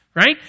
right